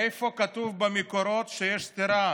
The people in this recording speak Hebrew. איפה כתוב במקורות שיש סתירה